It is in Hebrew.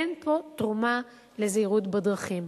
אין פה תרומה לזהירות בדרכים,